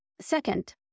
Second